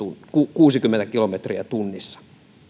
kuusikymmentä kilometriä tunnissa